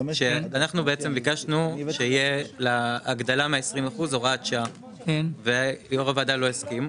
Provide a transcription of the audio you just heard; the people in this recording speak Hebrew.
אנחנו ביקשנו שיהיה הגדלה מ-20% הוראת שעה ויו"ר הוועדה לא הסכים,